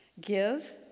Give